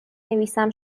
مینویسم